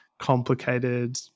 complicated